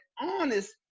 honest